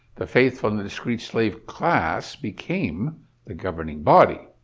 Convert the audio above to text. the faithful and discreet slave class became the governing body.